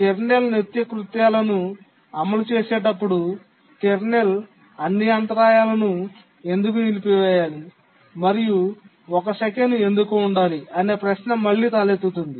kernel నిత్యకృత్యాలను అమలు చేసేటప్పుడు కెర్నల్ అన్ని అంతరాయాలను ఎందుకు నిలిపివేయాలి మరియు ఒక సెకను ఎందుకు ఉండాలి అనే ప్రశ్న మళ్ళీ తలెత్తుతుంది